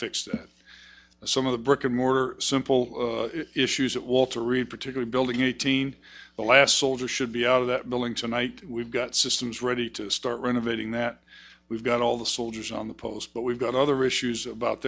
fix some of the brick and mortar simple issues at walter reed particular building eighteen the last soldier should be out of that building tonight we've got systems ready to start renovating that we've got all the soldiers on the post but we've got other issues about